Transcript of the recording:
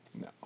No